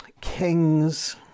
kings